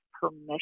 permission